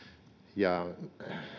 ja